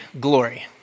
glory